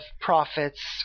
profits